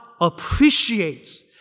appreciates